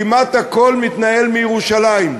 כמעט הכול מתנהל מירושלים.